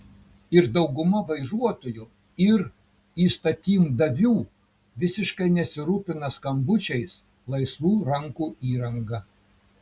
ir dauguma vairuotojų ir įstatymdavių visiškai nesirūpina skambučiais laisvų rankų įranga